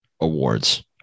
awards